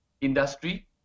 industry